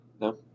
No